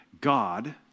God